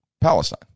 Palestine